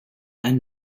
and